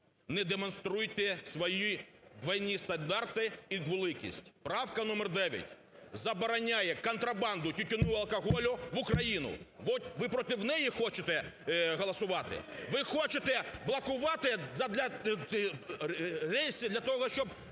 Не демонструйте свої двойні стандарти і двуликість. Правка номер 9 забороняє контрабанду тютюну, алкоголю в Україну. Ви проти неї хочете голосувати? Ви хочете блокувати задля …… для того, щоб